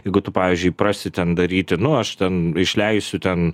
jeigu tu pavyzdžiui įprasi ten daryti nu aš ten išleisiu ten